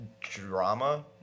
drama